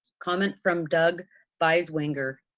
comment from doug beiswenger.